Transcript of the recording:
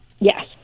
Yes